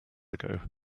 ago